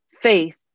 Faith